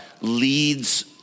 leads